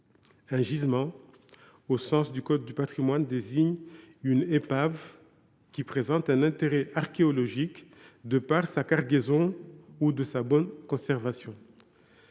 Un gisement, au sens du code du patrimoine, désigne une épave qui présente un intérêt archéologique, en raison de sa cargaison ou de sa bonne conservation.